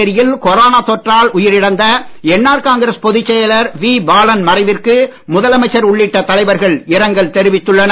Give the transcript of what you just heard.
புதுச்சேரியில் கொரோனா தொற்றால் உயிரிழந்த என்ஆர் காங்கிரஸ் பொதுச் செயலர் வி பாலன் மறைவிற்கு முதலமைச்சர் உள்ளிட்ட தலைவர்கள் இரங்கல் தெரிவித்துள்ளனர்